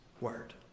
word